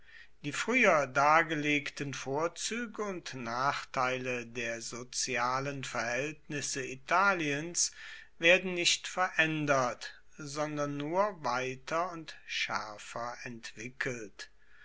die früher dargelegten vorzüge und nachteile der sozialen verhältnisse italiens werden nicht verändert sondern nur weiter und schärfer entwickelt